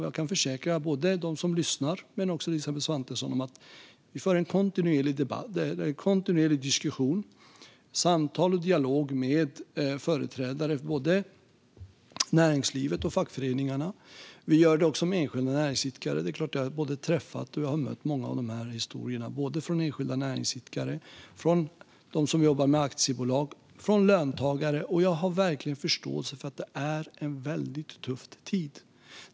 Jag kan försäkra både dem som lyssnar och Elisabeth Svantesson om att vi för en kontinuerlig diskussion, samtal och dialog med företrädare för näringsliv och fackföreningar liksom även med enskilda näringsidkare. Jag har såklart hört många av dessa historier och träffat enskilda näringsidkare, sådana som jobbar med aktiebolag och löntagare. Jag har verkligen förståelse för att det är en väldigt tuff tid.